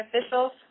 officials